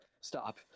Stop